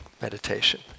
meditation